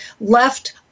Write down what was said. left